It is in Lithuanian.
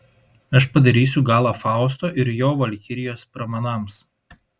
aš padarysiu galą fausto ir jo valkirijos pramanams